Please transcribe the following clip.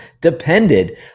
depended